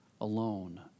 alone